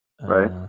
right